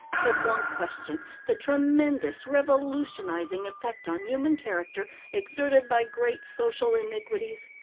can one question the tremendous, revolutionizing effect on human character exerted by great social iniquities?